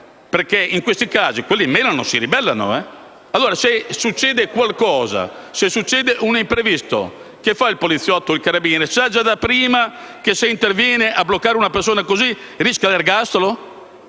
perché in questi casi quella mena, si ribella. Se succede qualcosa, se succede un imprevisto, cosa fa il poliziotto o il carabiniere? Sa già da prima che se interviene a bloccare una persona così rischia l'ergastolo?